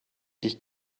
ich